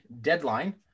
deadline